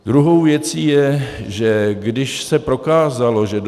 Druhou věcí je, že když se prokázalo, že doc.